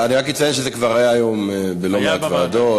אני רק אציין שזה כבר היה היום בלא-מעט ועדות.